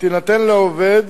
תינתן לעובד